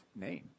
name